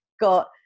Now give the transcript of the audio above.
got